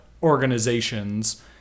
organizations